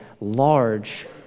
large